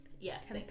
Yes